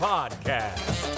Podcast